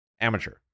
Amateur